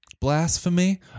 blasphemy